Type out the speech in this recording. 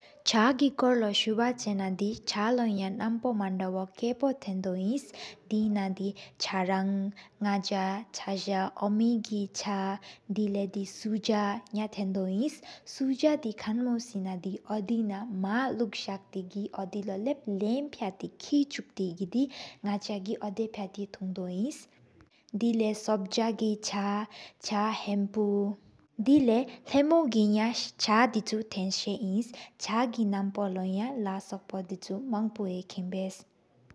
ཆག་གི་ཁོར་ལོ་སུབ་ཆེ་ན་དི། ཆག་ལོ་ཡ་ནམ་པོ་མན་དོ་བ་སྐོར་པོ། ཐེན་དོ་ཨིན་དེ་ན་དི་ཆག་རང་། ནག་ཆག་ཆ་ཆག་ཨོ་མི་གི་ཆག། དེ་ལེ་དི་སུ་ཆག་ཐེན་དོ་ཨིན། སུ་ཟ་དི་ཀན་མོ་སེ་ན་དི་འོ་དེ་ན། མ་ལུཀ་ཟག་ཏེ་གི་འོ་དེ་ློ་ལབ་ལམ་སྦའེ་ཏེ་གི། ཀེ་ཆུག་ཏེ་གི་ནག་ཆ་གི་འོ་དེ་སྦ་ཐེ་ཐུན་དོ་ཨིན། དེ་ལེ་སོབ་ཇ་གི་ཆག་ཆག་ཧེན་པོ། དེ་ལེ་ལེ་མོང་གི་ཡ་ཆག་དི་ཆུ་ཐེན་ས་་ཨིན། ཆག་གི་རིག་ལོ་ཡ་ནབ་པོ་དེ་ཆུ་ལ་སོམ་བོ། མང་པོ་དིན་ཆུ་ཡེ་ཀེན་ བེས།